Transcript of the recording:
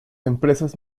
empresas